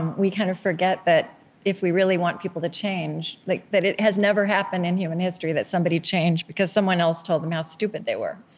we kind of forget that if we really want people to change, like that it has never happened in human history that somebody changed because someone else told them how stupid they were.